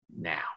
now